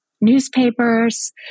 newspapers